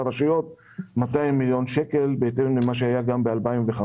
לרשויות סכום של 200 מיליון שקלים בהתאם למה שהיה גם ב-2015,